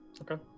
Okay